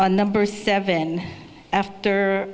on number seven after